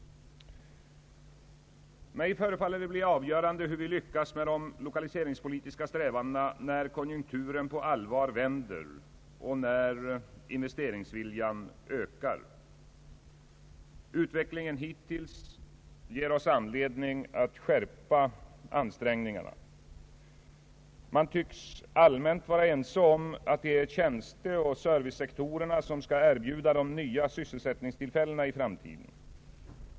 Mig förefaller det bli avgörande hur vi lyckas med de lokaliseringspolitiska strävandena när konjunkturen på allvar vänder och investeringsviljan ökar. Utvecklingen hittills ger oss anledning att skärpa ansträngningarna. Man tycks allmänt vara ense om att det är tjänsteoch servicesektorerna som skall erbjuda de nya sysselsättningstillfällena i framtiden.